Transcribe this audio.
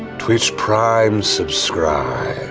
twitch prime subscribe.